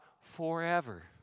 forever